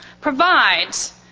provides